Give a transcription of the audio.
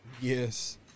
Yes